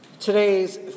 Today's